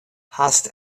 hast